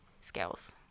skills